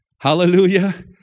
Hallelujah